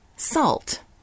salt